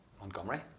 Montgomery